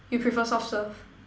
you prefer soft serve